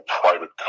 private